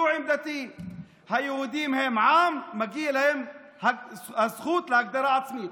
זו עמדתי: ליהודים מגיעה הזכות להגדרה עצמית,